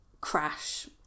crash